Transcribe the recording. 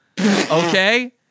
okay